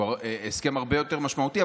שהוא הסכם הרבה יותר משמעותי.